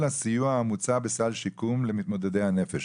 הסיוע המוצע בסל שיקום למתמודדי הנפש.